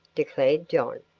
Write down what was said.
declared john,